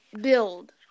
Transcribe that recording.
build